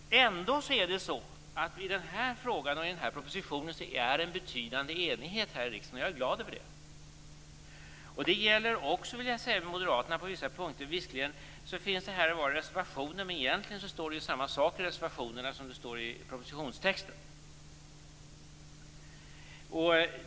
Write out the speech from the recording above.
Ändå finns det i den här frågan och när det gäller den här propositionen en betydande enighet här i riksdagen. Jag är glad över det. Det gäller också, det vill jag säga, Moderaterna på vissa punkter. Visserligen finns det här och var reservationer, men egentligen står det samma sak i dem som i propositionstexten.